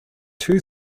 two